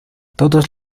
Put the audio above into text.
todos